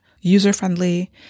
user-friendly